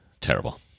Terrible